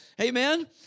Amen